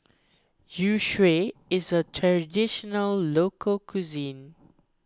Youtiao is a Traditional Local Cuisine